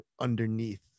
underneath